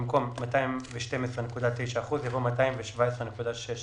במקום "212.9 אחוזים" יבוא "217.6 אחוזים".